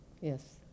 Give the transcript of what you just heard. Yes